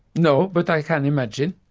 no, but i can imagine.